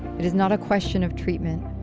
it is not a question of treatment,